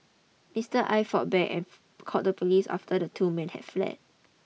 Mister Aye fought back called the police after the two men had fled